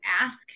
ask